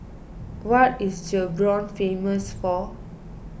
what is Gaborone famous for